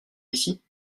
ici